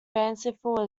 fanciful